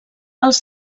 els